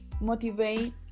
motivate